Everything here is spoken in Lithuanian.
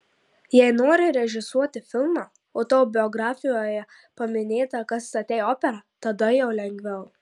jei nori režisuoti filmą o tavo biografijoje paminėta kad statei operą tada jau lengviau